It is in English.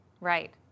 Right